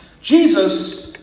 Jesus